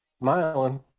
smiling